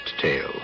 tale